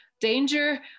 danger